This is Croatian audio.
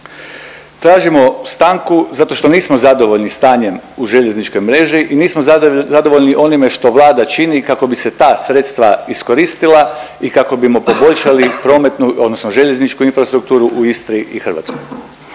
Tražimo stanku zato što nismo zadovoljni stanjem u željezničkoj mreži i nismo zadovoljni onime što Vlada čini kako bi se ta sredstva iskoristila i kako bimo poboljšali prometnu, odnosno željezničku infrastrukturu u Istri i Hrvatskoj.